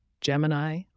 Gemini